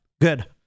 good